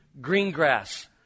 Greengrass